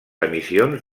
emissions